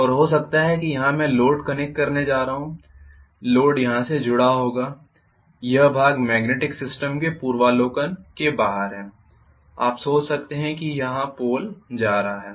और हो सकता है यहाँ मैं लोड कनेक्ट करने जा रहा हूँ लोड यहाँ से जुड़ा होगा यह भाग मॅग्नेटिक सिस्टम के पूर्वावलोकन के बाहर है आप सोच सकते हैं कि यहाँ पोल जा रहा है